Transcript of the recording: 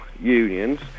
unions